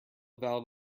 valid